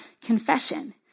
confession